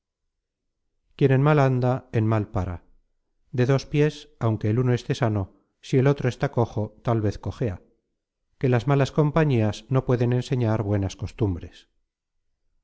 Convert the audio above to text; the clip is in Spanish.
en mal anda en mal pára de dos piés aunque vel uno esté sano si el otro está cojo tal vez cojea que las malas compañías no pueden enseñar buenas costumbres